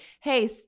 hey